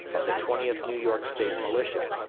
of the twentieth new york state militia,